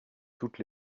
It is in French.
toutes